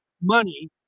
money